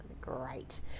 Great